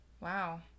Wow